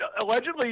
allegedly